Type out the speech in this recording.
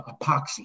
epoxy